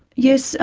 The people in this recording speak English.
yes,